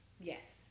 Yes